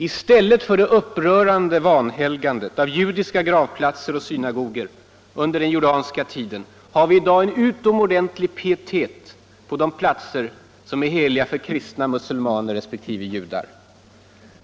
I stället för det upprörande vanhelgandet av judiska gravplatser och synagogor under den jordanska tiden har vi i dag en utomordentlig pietet på de platser som är heliga för kristna, muselmaner och judar.